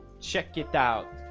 check it out.